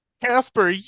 Casper